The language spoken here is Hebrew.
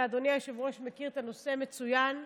ואדוני היושב-ראש מכיר את הנושא מצוין,